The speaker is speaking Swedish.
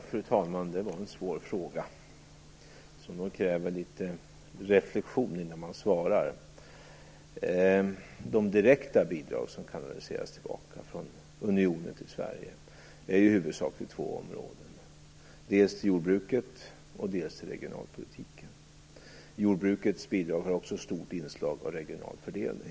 Fru talman! Det var en svår fråga, och det krävs nog litet reflexion innan man svarar på den. De direkta bidrag som kanaliseras från unionen tillbaka till Sverige går i huvudsak till två områden, nämligen dels till jordbruket, dels till regionalpolitiken. Jordbrukets bidrag har också ett stort inslag av regional fördelning.